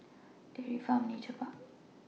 Dairy Farm Nature Park